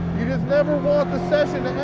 you just never want the session